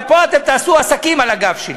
ופה אתם תעשו עסקים על הגב שלי.